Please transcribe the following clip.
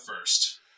first